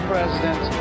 President